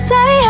Say